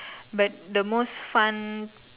but the most fun